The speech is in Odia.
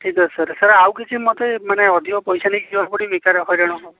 ଠିକ୍ ଅଛି ସାର୍ ସାର୍ ଆଉ କିଛି ମୋତେ ମାନେ ଅଧିକ ପଇସା ନେଇକି ଯିବାକୁ ପଡ଼ିବ କି କାଳେ ହଇରାଣ ହବ